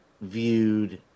viewed